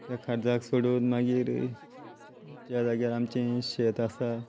त्या खरजाक सोडून मागीर ज्या जाग्यार आमचें शेत आसा